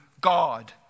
God